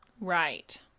Right